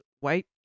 white